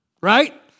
right